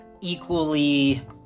equally